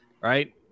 right